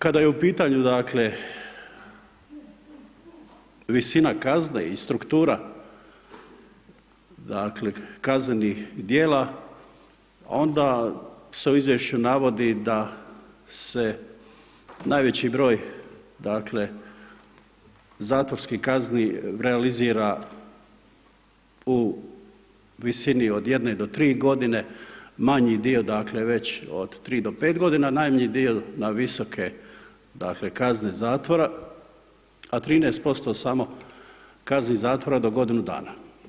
Kada je u pitanju dakle visina kazne i struktura dakle kaznenih djela onda se u izvješću navodi da se najveći broj dakle zatvorskih kazni realizira u visini od 1 do 3 godine, manji dio dakle već od 3 do 5 godina, najmanji dio na visoke dakle kazne zatvora a 13% samo kazni zatvora do godinu dana.